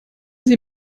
sie